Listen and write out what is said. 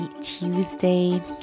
Tuesday